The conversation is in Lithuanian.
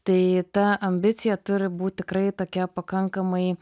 tai ta ambicija turi būt tikrai tokia pakankamai